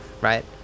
right